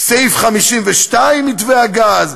סעיף 52 במתווה הגז,